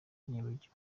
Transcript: nibagiwe